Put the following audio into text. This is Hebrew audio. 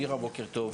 מירה, בוקר טוב.